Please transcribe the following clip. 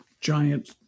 giant